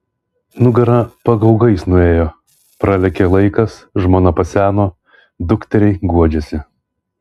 nugara pagaugais nuėjo pralėkė laikas žmona paseno dukteriai guodžiasi